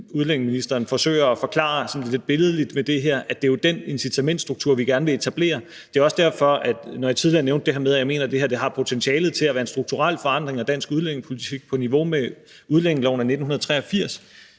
integrationsministeren forsøger at forklare sådan lidt billedligt med det her. Det er jo den incitamentsstruktur, vi gerne vil etablere. Det er også derfor, jeg tidligere nævnte det her med, at det her har potentialet til at være en strukturel ændring af dansk udlændingepolitik på niveau med udlændingeloven i 1983.